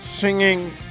singing